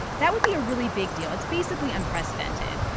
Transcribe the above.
that would be a really big deal. it's basically unprecedented.